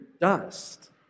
dust